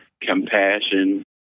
compassion